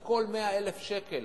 על כל 100,000 שקל